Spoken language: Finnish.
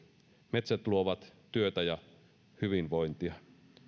metsät luovat työtä ja hyvinvointia